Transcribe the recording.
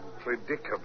predicament